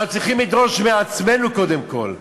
אנחנו צריכים לדרוש מעצמנו קודם כול.